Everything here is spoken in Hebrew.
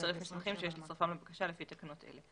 לצרף מסמכים שיש לצרפם לבקשה לפי תקנות אלה.